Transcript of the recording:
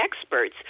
experts